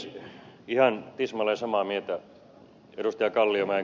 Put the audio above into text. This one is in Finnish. olen ihan tismalleen samaa mieltä ed